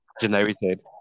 generated